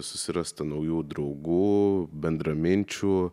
susirasta naujų draugų bendraminčių